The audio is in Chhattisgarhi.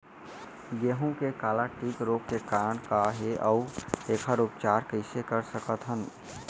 गेहूँ के काला टिक रोग के कारण का हे अऊ एखर उपचार कइसे कर सकत हन?